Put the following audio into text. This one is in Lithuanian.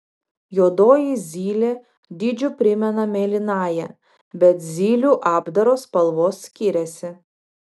juodoji zylė dydžiu primena mėlynąją bet zylių apdaro spalvos skiriasi